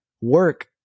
work